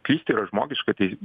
klysti yra žmogiška tai